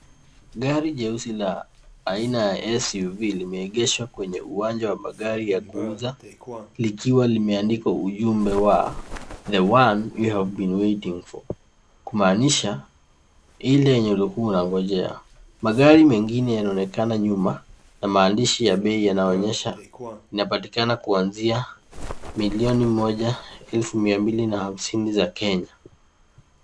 Gari jeusi la aina ya SUV limeegeshwa kwenye uwanja wa magari ya kuuza likiwa limeandikwa ujumbe wa The One you've been waiting for , kumaanisha, hili linangojewa. Magari mengine yanaonekana nyuma na maandishi ya bei yanaonyesha yanapatikana kuanzia milioni moja, elfu mia mbili na hamsini za Kenya.